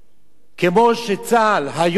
כמו שצה"ל היום פועל,